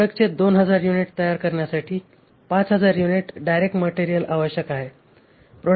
प्रोडक्टचे 2000 युनिट तयार करण्यासाठी 5000 युनिट डायरेक्ट मटेरियल आवश्यक आहे